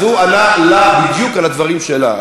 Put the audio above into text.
הוא ענה לה בדיוק על הדברים שלה.